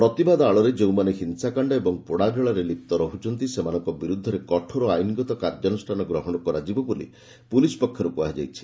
ପ୍ରତିବାଦ ଆଳରେ ଯେଉଁମାନେ ହିଂସାକାଣ୍ଡ ଓ ପୋଡ଼ା କଳାରେ ଲିପ୍ତ ରହୁଛନ୍ତି ସେମାନଙ୍କ ବିରୁଦ୍ଧରେ କଠୋର ଆଇନଗତ କାର୍ଯ୍ୟାନୁଷ୍ଠାନ ଗ୍ରହଣ କରାଯିବ ବୋଲି ପୁଲିସ୍ ପକ୍ଷରୁ କୁହାଯାଇଛି